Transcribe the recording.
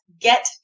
get